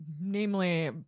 namely